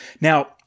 Now